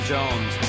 Jones